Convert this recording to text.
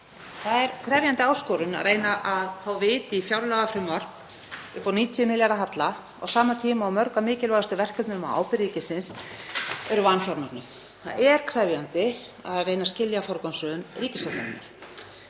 Það er krefjandi áskorun að reyna að fá vit í fjárlagafrumvarp upp á 90 milljarða halla á sama tíma og mörg af mikilvægustu verkefnum á ábyrgð ríkisins eru vanfjármögnuð. Það er krefjandi að reyna að skilja forgangsröðun ríkisstjórnarinnar.